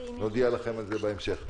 ונודיע לכם על זה בהמשך.